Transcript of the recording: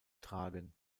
tragen